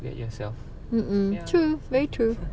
at yourself ya